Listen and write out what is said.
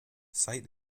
site